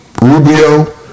Rubio